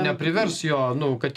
neprivers jo nu kad